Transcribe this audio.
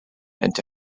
into